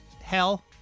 hell